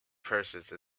purchase